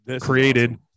created